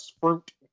fruit